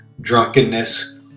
drunkenness